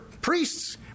priests